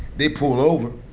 they pull over,